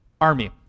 army